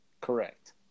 Correct